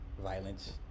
violence